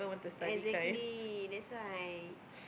exactly that's why